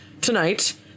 tonight